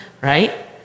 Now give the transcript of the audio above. right